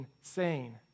insane